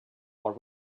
are